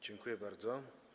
Dziękuję bardzo.